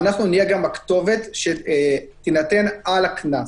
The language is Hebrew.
ואנחנו נהיה גם הכתובת שתינתן על הקנס.